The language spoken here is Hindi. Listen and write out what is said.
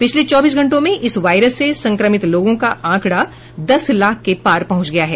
पिछले चौबीस घंटों में इस वायरस से संक्रमित लोगों का आंकडा दस लाख के पार पहुंच गया है